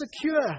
secure